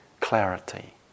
clarity